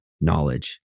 knowledge